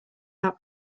out